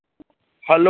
hello doctor ji नम्सते